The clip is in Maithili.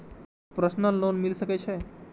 प्रसनल लोन मिल सके छे?